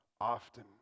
often